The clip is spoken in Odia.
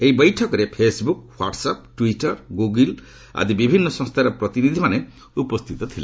ଏହି ବୈଠକରେ ଫେସ୍ବୁକ୍ ହ୍ୱାଟସ୍ଆପ୍ ଟ୍ୱିଟର ଗୁଗୁଲ ଆଦି ବିଭିନ୍ନ ସଂସ୍ଥାର ପ୍ରତିନିଧିମାନେ ଉପସ୍ଥିତ ଥିଲେ